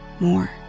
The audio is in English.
More